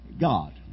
God